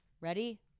Ready